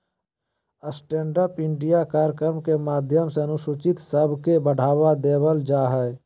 stand up India कार्यक्रम के माध्यम से अनुसूचित सब के बढ़ावा देवल जा हय